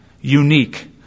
unique